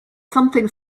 something